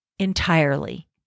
entirely